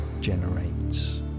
generates